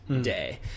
day